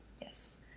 Yes